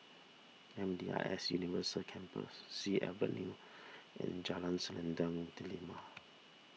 M D I S University Campus Sea Avenue and Jalan Selendang Delima